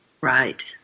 Right